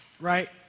Right